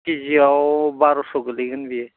केजियाव बार'स' गोग्लैगोन बियो